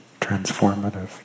transformative